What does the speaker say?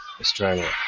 Australia